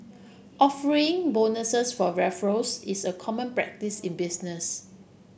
offering bonuses for referrals is a common practice in business